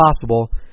possible